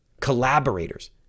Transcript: collaborators